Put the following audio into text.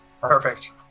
Perfect